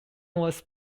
was